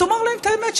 תאמר להם את האמת,